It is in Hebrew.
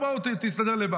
תסתדר לבד.